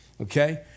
okay